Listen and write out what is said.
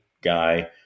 guy